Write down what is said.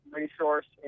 resource